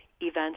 events